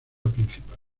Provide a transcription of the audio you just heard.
principal